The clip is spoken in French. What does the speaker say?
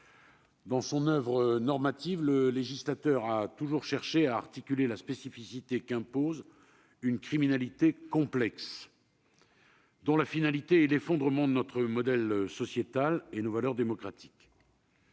Dans son oeuvre normative, le législateur a toujours cherché à articuler la spécificité qu'impose une criminalité complexe, dont la finalité est l'effondrement de notre modèle sociétal et de nos valeurs démocratiques.